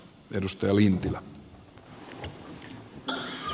arvoisa herra puhemies